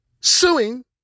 suing